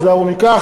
תיזהרו מכך,